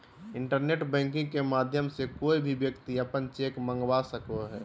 internet banking के माध्यम से कोय भी व्यक्ति अपन चेक मंगवा सको हय